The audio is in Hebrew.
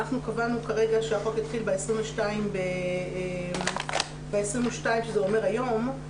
אנחנו קבענו כרגע שהחוק יתחיל ב-22.6 שזה אומר היום,